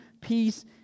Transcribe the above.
peace